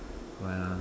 what ah